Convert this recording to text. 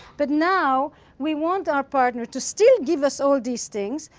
but now we want our partner to still give us all these things,